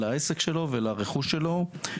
לעסק שלו ולרכוש שלו,